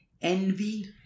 envy